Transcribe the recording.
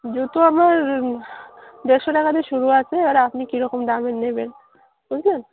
জুতো আমার দেড়শো টাকাতে শুরু আছে আর আপনি কীরকম দামের নেবেন বুঝলেন